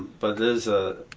but it is